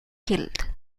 killed